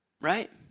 Right